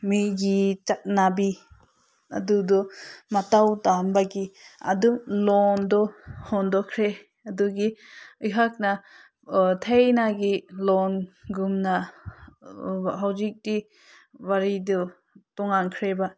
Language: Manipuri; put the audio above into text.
ꯃꯤꯒꯤ ꯆꯠꯅꯕꯤ ꯑꯗꯨꯗꯣ ꯃꯇꯧ ꯇꯝꯕꯒꯤ ꯑꯗꯨ ꯂꯣꯟꯗꯣ ꯍꯣꯡꯗꯣꯛꯈ꯭ꯔꯦ ꯑꯗꯨꯒꯤ ꯑꯩꯍꯥꯛꯅ ꯊꯥꯏꯅꯒꯤ ꯂꯣꯟꯒꯨꯝꯅ ꯍꯧꯖꯤꯛꯇꯤ ꯋꯥꯔꯤꯗꯨ ꯇꯣꯡꯉꯥꯟꯈ꯭ꯔꯦꯕ